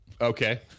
Okay